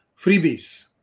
freebies